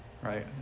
Right